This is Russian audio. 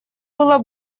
было